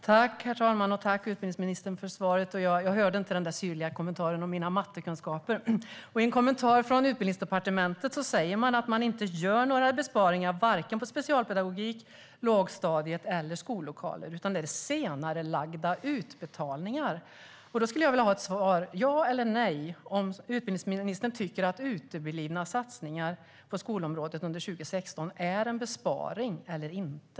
Herr talman! Tack, utbildningsministern, för svaret! Jag hörde inte den där syrliga kommentaren om mina mattekunskaper. I en kommentar från Utbildningsdepartementet säger man att man inte gör några besparingar, vare sig när det gäller specialpedagogik, lågstadiet eller skollokaler, utan att det är senarelagda utbetalningar. Jag skulle vilja ha ett svar, ja eller nej, på frågan: Tycker utbildningsministern att uteblivna satsningar på skolområdet under 2016 är en besparing eller inte?